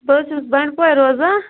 بہٕ حظ چھَس بَنڈپورٕ روزان